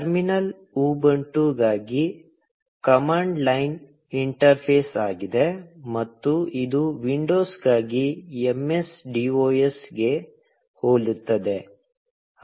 terminal ಉಬುಂಟುಗಾಗಿ command line interface ಆಗಿದೆ ಮತ್ತು ಇದು ವಿಂಡೋಸ್ಗಾಗಿ MSDOS ಗೆ ಹೋಲುತ್ತದೆ